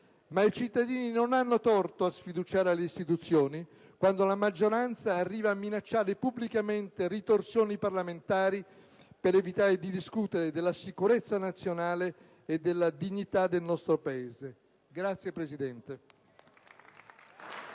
Ma i cittadini non hanno torto a sfiduciare le istituzioni quando la maggioranza arriva a minacciare pubblicamente ritorsioni parlamentari per evitare di discutere della sicurezza nazionale e della dignità del nostro Paese. *(Applausi